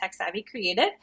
techsavvycreative